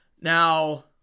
Now